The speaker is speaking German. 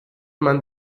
man